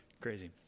Crazy